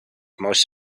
most